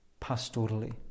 pastorally